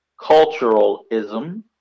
culturalism